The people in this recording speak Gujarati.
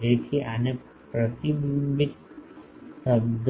તેથી આને પ્રતિબિંબિત શબ્દ